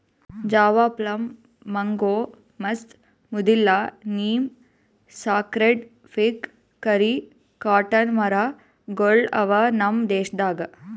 Java plum, mango, ಮಸ್ತ್, ಮುದಿಲ್ಲ, neem, sacred fig, ಕರಿ, ಕಾಟನ್ ಮರ ಗೊಳ್ ಅವಾ ನಮ್ ದೇಶದಾಗ್